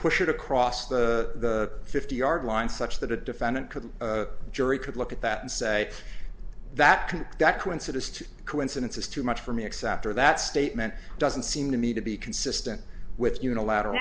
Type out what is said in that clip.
push it across the fifty yard line such that a defendant to the jury could look at that and say that that coincidence too coincidence is too much for me except or that statement doesn't seem to me to be consistent with unilateral